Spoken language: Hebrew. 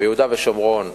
ביהודה ושומרון,